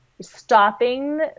stopping